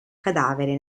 cadavere